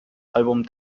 album